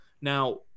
Now